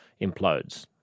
implodes